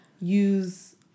use